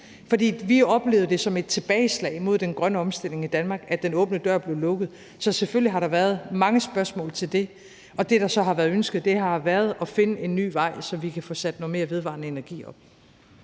for vi oplevede det som et tilbageslag for den grønne omstilling i Danmark, at den åbne dør blev lukket. Så selvfølgelig har der været mange spørgsmål til det. Det, der så har været ønsket, har været ønsket om at finde en ny vej, så vi kan få sat noget mere vedvarende energi op.